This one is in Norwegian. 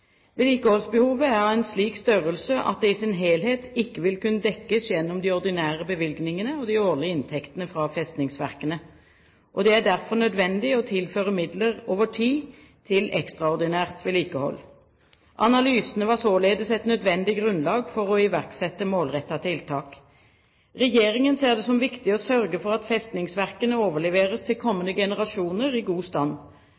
Vedlikeholdsbehovet er av en slik størrelse at det i sin helhet ikke vil kunne dekkes gjennom de ordinære bevilgningene og de årlige inntektene fra festningsverkene. Det er derfor nødvendig å tilføre midler over tid til ekstraordinært vedlikehold. Analysene var således et nødvendig grunnlag for å iverksette målrettede tiltak. Regjeringen ser det som viktig å sørge for at festningsverkene overleveres til kommende generasjoner i god stand.